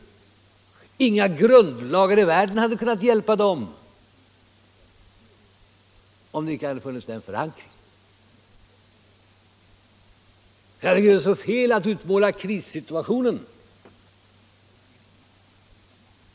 Ingen grundlag i världen hade kunnat hjälpa dem om förankring icke hade funnits. Här är det ju fel att utmåla krissituationen.